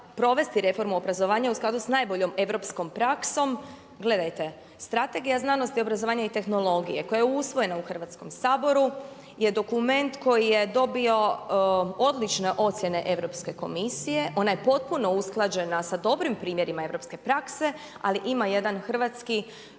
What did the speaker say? provesti reformu obrazovanja u skladu sa najboljom europskom praksom. Gledajte? Strategija znanosti, obrazovanja i tehnologije koja je usvojena u Hrvatskom saboru je dokument koji je dobio odlične ocjene Europske komisije, ona je potpuno usklađena sa dobrim primjerima europske prakse ali ima jedan hrvatski